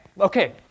okay